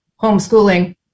homeschooling